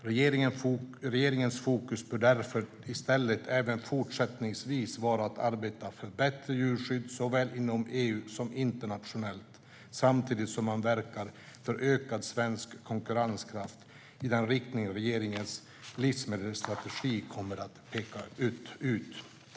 Regeringens fokus bör därför i stället även fortsättningsvis vara att arbeta för bättre djurskydd, såväl inom EU som internationellt, samtidigt som man verkar för ökad svensk konkurrenskraft i den riktning som regeringens livsmedelsstrategi kommer att peka ut.